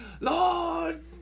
lord